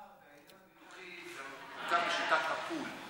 מאחר שהעניין הביטוחי הזה מבוצע בשיטת הפול,